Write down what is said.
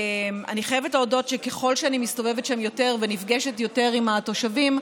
אני חייבת להודות שככל שאני מסתובבת שם יותר ונפגשת יותר עם התושבים,